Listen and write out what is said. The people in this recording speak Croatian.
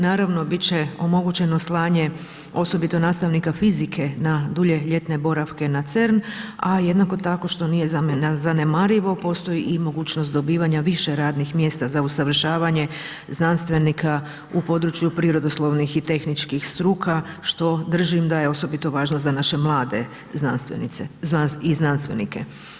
Naravno biti će omogućeno slanje osobito nastavnika fizike na dulje ljetne boravke na CERN a jednako tako što nije zanemarivo postoji i mogućnost dobivanja više radnih mjesta za usavršavanje znanstvenika u području prirodoslovnih i tehničkih struka što držim da je osobito važno za naše mlade znanstvenice i znanstvenike.